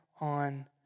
on